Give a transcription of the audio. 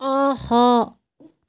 آہا